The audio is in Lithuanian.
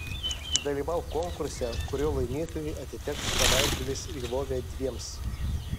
dalyvauk konkurse kurio laimėtojui atiteks savaitgalis lvove dviems